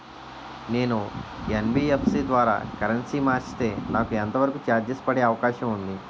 నేను యన్.బి.ఎఫ్.సి ద్వారా కరెన్సీ మార్చితే నాకు ఎంత వరకు చార్జెస్ పడే అవకాశం ఉంది?